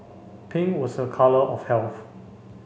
pink was a colour of health